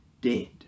dead